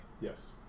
Yes